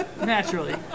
Naturally